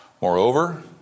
Moreover